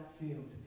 field